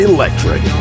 Electric